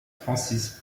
francis